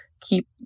keep